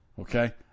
Okay